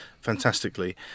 fantastically